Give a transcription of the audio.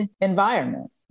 environment